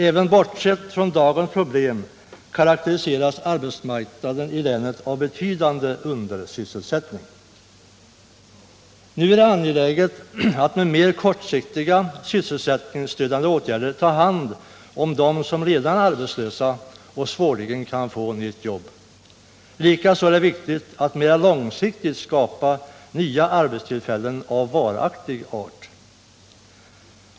Även bortsett från dagens problem karakteriseras arbetsmarknaden i länet av betydande undersysselsättning. Nu är det angeläget att med mer kortsiktiga sysselsättningsstödjande åtgärder ta hand om dem som redan är arbetslösa och som svårligen kan finna arbete. Likaså är det viktigt att mera långsiktigt skapa nya arbetstillfällen av varaktig art.